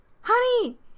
Honey